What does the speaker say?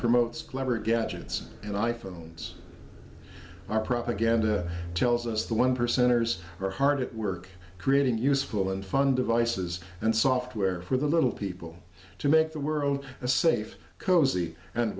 promotes clever gadgets and i phones are propaganda tells us the one percenters are hard it work creating useful and fun devices and software for the little people to make the world a safe cosy and